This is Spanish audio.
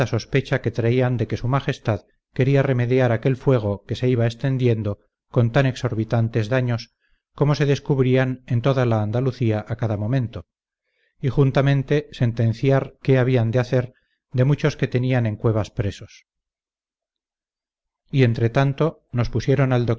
sospecha que traían de que su majestad quería remediar aquel fuego que se iba encendiendo con tan exorbitantes daños como se descubrían en toda la andalucía a cada momento y juntamente sentenciar qué habían de hacer de muchos que tenían en cuevas presos y entretanto nos pusieron al